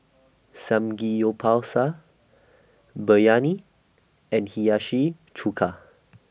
Samgeyopsal Biryani and Hiyashi Chuka